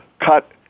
cut